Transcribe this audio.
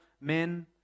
men